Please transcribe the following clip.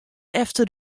efter